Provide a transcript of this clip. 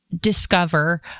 discover